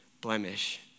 blemish